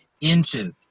inches